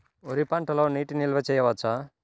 వరి పంటలో నీటి నిల్వ చేయవచ్చా?